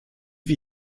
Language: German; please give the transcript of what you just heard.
wir